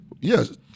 Yes